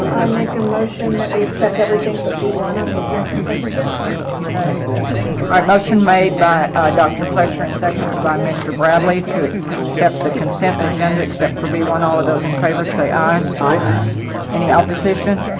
make a motion that we accept everything but be one on the consent agenda okay ah that motion alright motion made by dr. fletcher and seconded by mr. bradley to accept the consent agenda except for b one all of those in favor say aye aye aye any opposition